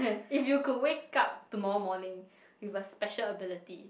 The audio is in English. if you could wake up tomorrow morning with a special ability